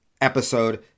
episode